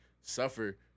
Suffer